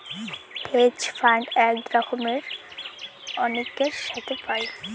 hedge fund এক রকমের অনেকের সাথে পায়